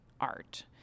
art